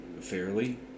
fairly